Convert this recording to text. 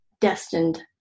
destined